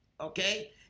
okay